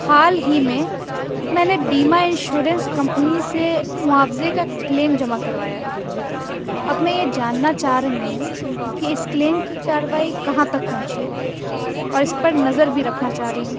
حال ہی میں میں نے بیمہ انشورنس کمپنی سے معاوضے کا کلیم جمع کروایا اب میں یہ جاننا چاہ رہی ہوں کہ اس کلیم کی کارروائی کہاں تک پہنچی ہے اور اس پر نظر بھی رکھنا چاہ رہی ہوں